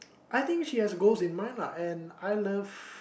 I think she has her goals in mind lah and I love